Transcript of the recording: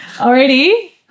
already